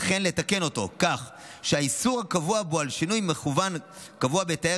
וכן לתקן אותו כך שהאיסור הקבוע בו על שינוי מכוון קבוע בתאי